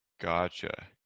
Gotcha